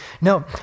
no